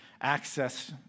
access